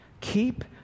keep